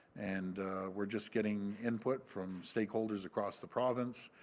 and we are just getting input from stakeholders across the province,